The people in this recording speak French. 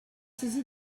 saisi